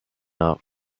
not